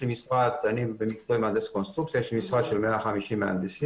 אני מהנדס קונסטרוקציה ויש לי משרד של 150 מהנדסים